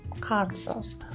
consoles